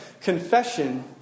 confession